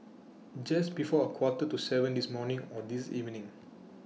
Just before A Quarter to seven This morning Or This evening